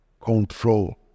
control